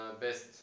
best